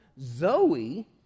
Zoe